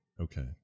Okay